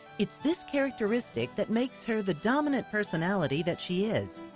it's this characteristic that makes her the dominant personality that she is.